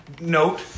Note